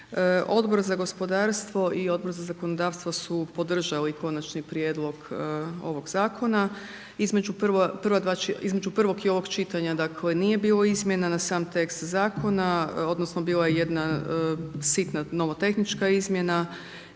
Odbor za gospodarstvo i Odbor za zakonodavstvo su podržali Konačni prijedlog ovog Zakona, između prva dva, između prvog i ovog čitanja dakle, nije bilo izmjena na sam tekst Zakona odnosno bila je jedna sitna novotehnička izmjena,